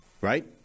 Right